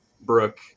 Brooke